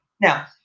Now